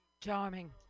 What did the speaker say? Charming